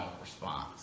response